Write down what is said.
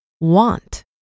Want